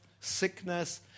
sickness